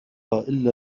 إلا